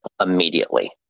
immediately